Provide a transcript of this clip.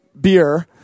beer